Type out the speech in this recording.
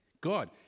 God